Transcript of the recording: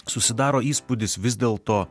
susidaro įspūdis vis dėlto